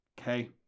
okay